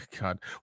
god